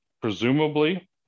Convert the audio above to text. Presumably